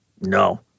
No